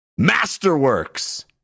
Masterworks